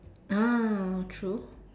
ah oh true